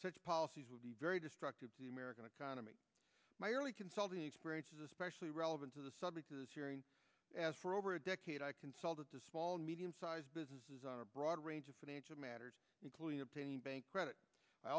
such policies would be very destructive to the american economy my early consulting experience is especially relevant to the subject of this hearing ask for over a decade i consult with a small medium sized businesses on a broad range of financial matters including obtaining bank credit i